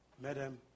Madam